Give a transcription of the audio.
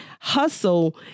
hustle